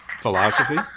philosophy